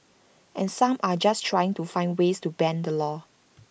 and some are just trying to find ways to bend the law